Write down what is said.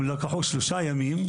לקחו שלושה ימים,